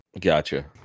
gotcha